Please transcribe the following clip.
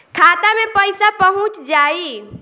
खाता मे पईसा पहुंच जाई